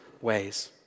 ways